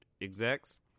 execs